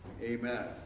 Amen